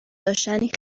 داشتنی